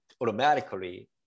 automatically